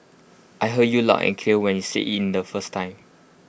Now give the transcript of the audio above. I heard you loud and clear when you said IT in the first time